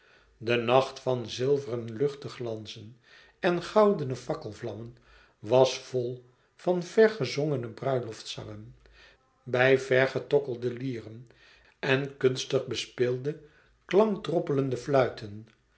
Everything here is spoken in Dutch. de nacht van zilveren luchteglanzen en goudene fakkelvlammen was vol van vèr gezongene bruiloftszangen bij vèr getokkel de lieren en kunstig bespeelde klank droppelende fluiten